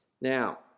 Now